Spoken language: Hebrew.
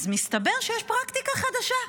אז מסתבר שיש פרקטיקה חדשה.